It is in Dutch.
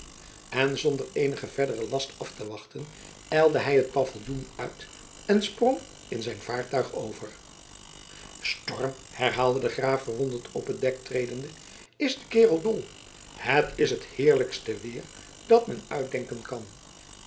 en zonder eenigen verderen last af te wachten ijlde hij het paviljoen uit en sprong in zijn vaartuig over storm herhaalde de graaf verwonderd op het dek tredende is de kerel dol het is het heerlijkste weer dat men uitdenken kan